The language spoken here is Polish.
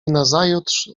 nazajutrz